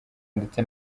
ndetse